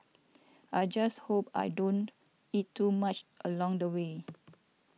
I just hope I don't eat too much along the way